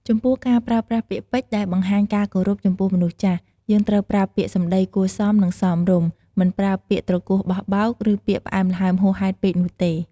ចំពោះការប្រើប្រាស់ពាក្យពេចន៍ដែលបង្ហាញការគោរពចំពោះមនុស្សចាស់ យើងត្រូវប្រើពាក្យសម្ដីគួរសម និងសមរម្យ មិនប្រើពាក្យទ្រគោះបោះបោក ឬពាក្យផ្អែមល្ហែមហួសហេតុពេកនោះទេ។